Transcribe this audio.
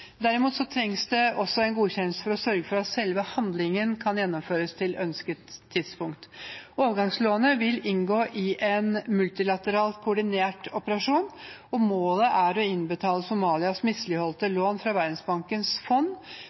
det trengs også en godkjennelse for å sørge for at selve handlingen kan gjennomføres til ønsket tidspunkt. Overgangslånet vil inngå i en multilateralt koordinert operasjon, og målet er å innbetale Somalias misligholdte lån fra Verdensbankens fond